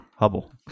Hubble